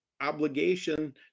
obligation